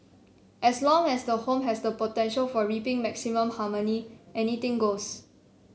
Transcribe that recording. as long as the home has the potential for reaping maximum harmony anything goes